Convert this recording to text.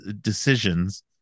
decisions